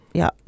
ja